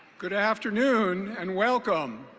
good afternoon and welcome.